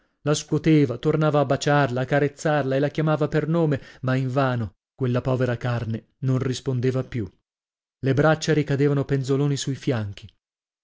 la scuoteva tornava a baciarla a carezzarla e la chiamava per nome ma invano quella povera carne non rispondeva più le braccia ricadevano penzoloni sui fianchi